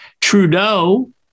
Trudeau